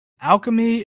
alchemy